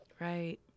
Right